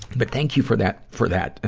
but thank you for that, for that, ah,